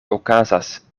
okazas